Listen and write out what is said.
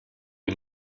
une